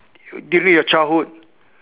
during your childhood